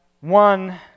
one